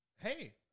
Hey